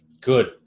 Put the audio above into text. Good